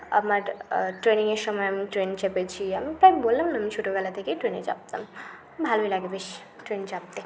আমার ট্রেনিংয়ের সময় আমি ট্রেন চেপেছি আমি প্রায় বললাম না আমি ছোটোবেলা থেকেই ট্রেনে চাপতাম ভালোই লাগে বেশ ট্রেনে চাপতে